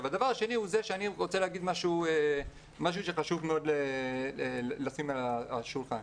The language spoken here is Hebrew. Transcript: אני רוצה להגיד משהו שחשוב מאוד לשים על השולחן.